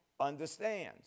Understand